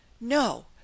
No